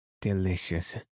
Delicious